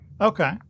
Okay